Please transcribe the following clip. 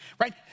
right